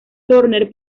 turner